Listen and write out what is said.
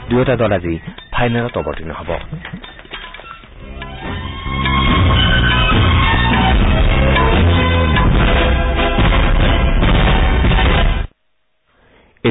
দুয়োটা দল আজি ফাইনেলত অৱতীৰ্ণ হ'ব